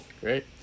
Great